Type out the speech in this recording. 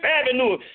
Avenue